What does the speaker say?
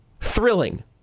thrilling